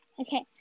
Okay